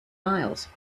miles